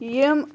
یِم